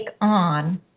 on